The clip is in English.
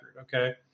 Okay